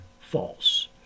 false